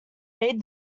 made